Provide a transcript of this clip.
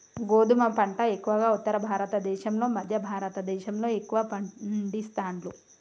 గోధుమ పంట ఎక్కువగా ఉత్తర భారత దేశం లో మధ్య భారత దేశం లో ఎక్కువ పండిస్తాండ్లు